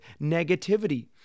negativity